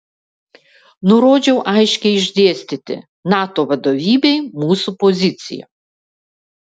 nurodžiau aiškiai išdėstyti nato vadovybei mūsų poziciją